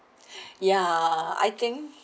ya I think